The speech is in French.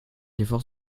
l’effort